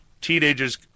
teenagers